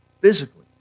physically